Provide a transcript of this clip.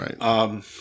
Right